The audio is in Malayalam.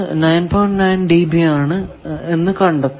9 dB ആണെന്ന് കണ്ടെത്താം